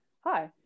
hi